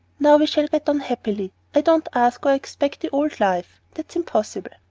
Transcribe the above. now we shall get on happily. i don't ask or expect the old life that is impossible.